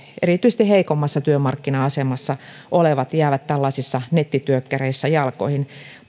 erityisesti heikommassa työmarkkina asemassa olevat jäävät tällaisissa nettityökkäreissä jalkoihin